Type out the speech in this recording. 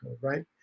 right